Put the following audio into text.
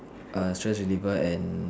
a stress reliever and